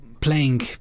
playing